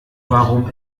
warum